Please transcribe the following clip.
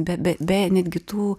be be beje netgi tų